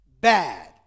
bad